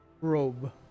robe